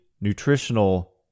nutritional